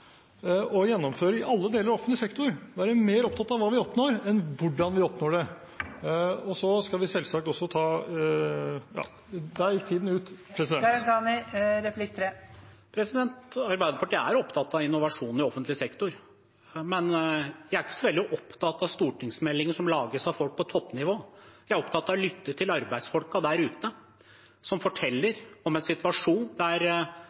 å gjennomføre i alle deler av offentlig sektor. Da er vi mer opptatt av hva vi oppnår, enn hvordan vi oppnår det. Arbeiderpartiet er opptatt av innovasjon i offentlig sektor, men vi er ikke så veldig opptatt av stortingsmeldinger som lages av folk på toppnivå. Jeg er opptatt av å lytte til arbeidsfolkene der ute, som forteller om en situasjon der